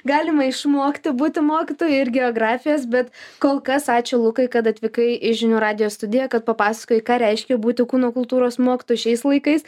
galima išmokti būti mokytoju ir geografijos bet kol kas ačiū lukai kad atvykai į žinių radijo studiją kad papasakojai ką reiškia būti kūno kultūros mokytoju šiais laikais